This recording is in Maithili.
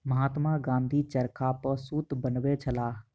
महात्मा गाँधी चरखा पर सूत बनबै छलाह